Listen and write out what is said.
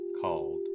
called